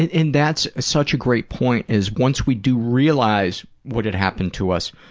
and that's such a great point, is once we do realize what had happened to us,